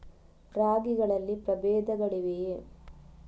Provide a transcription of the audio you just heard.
ರಾಗಿಗಳಲ್ಲಿ ಪ್ರಬೇಧಗಳಿವೆಯೇ?